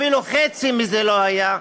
אפילו חצי מזה לא היה.